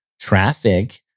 traffic